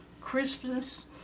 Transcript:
Crispness